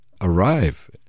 arrive